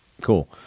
Cool